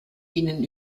ihnen